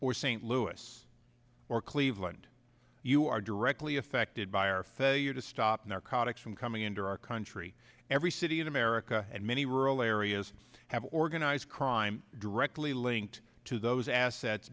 or st louis or cleveland you are directly affected by our failure to stop narcotics from coming into our country every city in america and many rural areas have organized crime directly linked to those assets